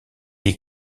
est